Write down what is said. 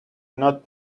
not